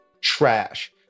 trash